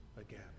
again